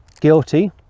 guilty